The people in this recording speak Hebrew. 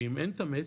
ואם אין את המאץ',